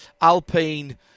Alpine